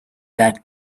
that